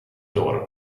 daughter